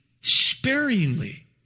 sparingly